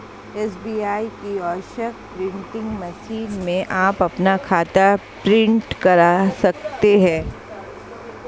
SBI kiosk printing machine में आप अपना खाता प्रिंट करा सकते हैं